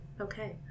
Okay